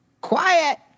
Quiet